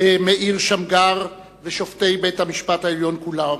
מאיר שמגר ושופטי בית-המשפט העליון כולם,